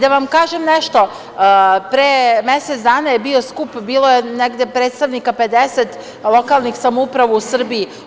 Da vam kažem nešto, pre mesec dana je bio skup, bilo je negde predstavnika 50 lokalnih samouprava u Srbiji.